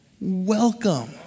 Welcome